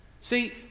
See